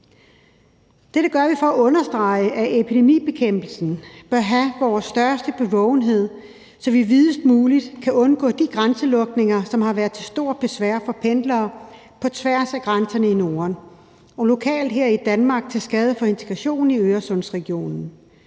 Dette gør vi for at understrege, at epidemibekæmpelsen bør have vores største bevågenhed, så vi i videst muligt omfang kan undgå de grænselukninger, som har været til stort besvær for pendlere på tværs af grænserne i Norden og lokalt her i Danmark til skade for integrationen i Øresundsregionen.